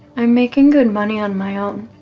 i'm making good money on my own.